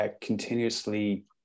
continuously